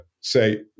say